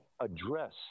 address